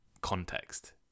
context